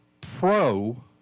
pro